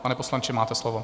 Pane poslanče, máte slovo.